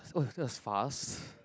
oh that was fast